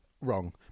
Wrong